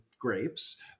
grapes